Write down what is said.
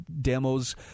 demos